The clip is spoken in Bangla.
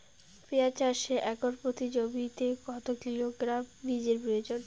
পেঁয়াজ চাষে একর প্রতি জমিতে কত কিলোগ্রাম বীজের প্রয়োজন?